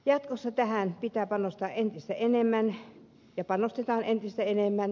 jatkossa tähän pitää panostaa entistä enemmän ja panostetaanhan entistä enemmän